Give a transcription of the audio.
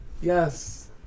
Yes